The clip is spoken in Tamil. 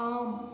ஆம்